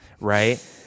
right